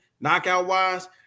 knockout-wise